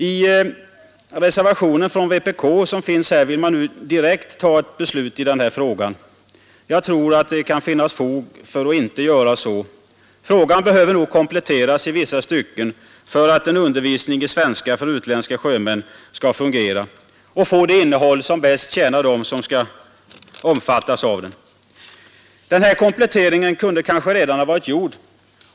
I reservationen från vpk vill man nu direkt ta ett beslut i den här frågan. Jag tror att det kan finnas fog för att inte göra så. Frågan behöver nog kompletteras i vissa stycken för att en undervisning i svenska för utländska sjömän skall fungera och få det innehåll som bäst tjänar dem Den här kompletteringen kunde kanske redan ha varit gjord.